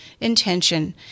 intention